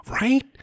right